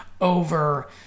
over